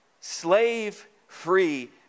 slave-free